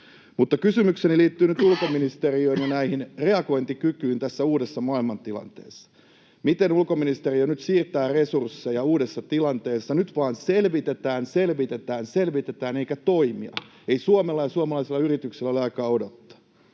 Mutta kysymykseni liittyy nyt ulkoministeriöön ja reagointikykyyn tässä uudessa maailmantilanteessa: miten ulkoministeriö nyt siirtää resursseja uudessa tilanteessa? Nyt vaan selvitetään, selvitetään, selvitetään eikä ole toimia. Ei Suomella ja suomalaisilla yrityksillä ole aikaa odottaa.